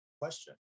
question